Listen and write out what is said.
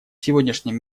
сегодняшнем